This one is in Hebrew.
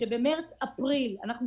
שבמרס-אפריל הם